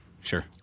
Sure